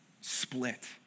split